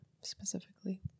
specifically